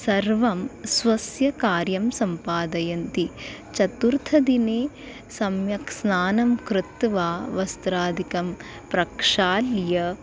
सर्वं स्वस्य कार्यं सम्पादयन्ति चतुर्थदिने सम्यक् स्नानं कृत्वा वस्त्रादिकं प्रक्षाल्य